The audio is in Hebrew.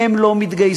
הם לא מתגייסים.